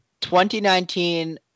2019